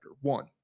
One